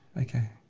okay